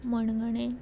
मणगणें